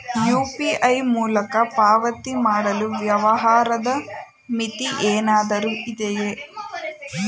UPI ಮೂಲಕ ಪಾವತಿ ಮಾಡಲು ವ್ಯವಹಾರದ ಮಿತಿ ಏನಾದರೂ ಇದೆಯೇ?